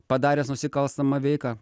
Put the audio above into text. padaręs nusikalstamą veiką